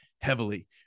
heavily